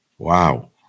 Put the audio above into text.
Wow